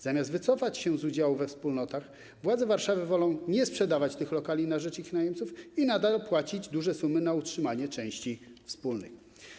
Zamiast wycofać się z udziału we wspólnotach, władze Warszawy wolą nie sprzedawać tych lokali na rzecz ich najemców i nadal płacić duże sumy na utrzymanie części wspólnych.